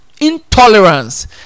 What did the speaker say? intolerance